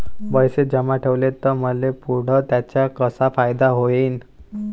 पैसे जमा ठेवले त मले पुढं त्याचा कसा फायदा होईन?